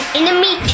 enemy